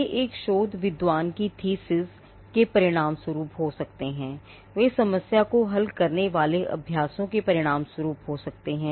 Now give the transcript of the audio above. वे एक शोध विद्वान की थीसिस के परिणामस्वरूप हो सकते हैं